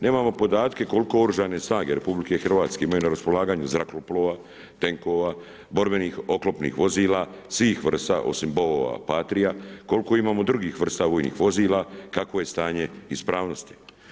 Nemamo podatke koliko OS RH imaju na raspolaganju zrakoplova, tenkova, borbenih oklopnih vozila svih vrsta osim BOV Patria, koliko imamo drugih vrsta vojnih vozila, kakvo je stanje ispravnosti.